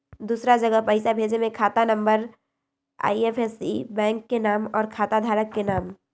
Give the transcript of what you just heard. दूसरा जगह पईसा भेजे में खाता नं, आई.एफ.एस.सी, बैंक के नाम, और खाता धारक के नाम?